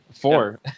four